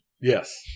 Yes